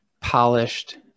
polished